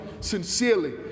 sincerely